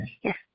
Yes